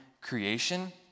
creation